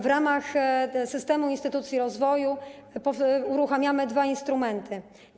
W ramach systemu instytucji rozwoju uruchamiamy dwa instrumenty.